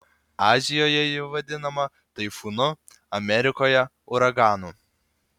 azijoje ji vadinama taifūnu amerikoje uraganu